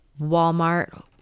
Walmart